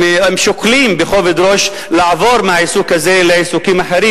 הם שוקלים בכובד ראש לעבור מהעיסוק הזה לעיסוקים אחרים,